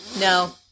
No